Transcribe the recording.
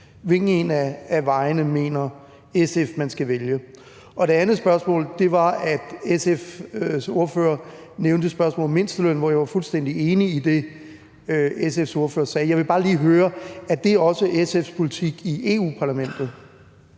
Hvilken af vejene mener SF man skal vælge? Det andet spørgsmål var det med, at SF's ordfører nævnte spørgsmålet om mindsteløn, og jeg var jo fuldstændig enig i det, SF's ordfører sagde. Jeg vil bare lige høre, om det også er SF's politik i Europa-Parlamentet.